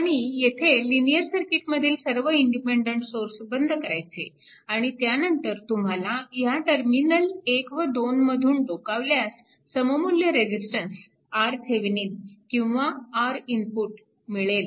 आणि येथे लिनिअर सर्किटमधील सर्व इंडिपेन्डन्ट सोर्स बंद करायचे आणि त्यानंतर तुम्हाला ह्या टर्मिनल 1 व 2 मधून डोकावल्यास सममुल्य रेजिस्टन्स RThevenin किंवा Rinput मिळेल